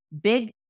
big